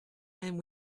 and